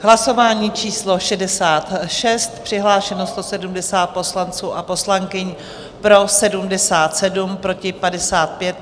Hlasování číslo 66, přihlášeno 170 poslanců a poslankyň, pro 77, proti 55.